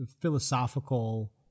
philosophical